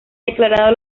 declarado